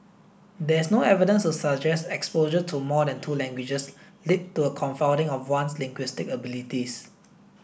there is no evidence to suggest exposure to more than two languages leads to a confounding of one's linguistic abilities